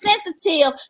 sensitive